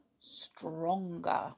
stronger